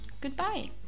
goodbye